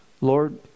Lord